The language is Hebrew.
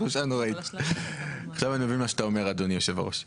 אני מבין מה שאתה אומר, אדוני היושב-ראש.